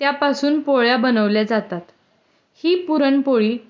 त्यापासून पोळ्या बनवल्या जातात ही पुरणपोळी